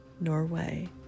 Norway